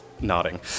nodding